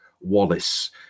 Wallace